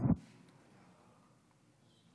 אדוני היושב-ראש,